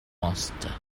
master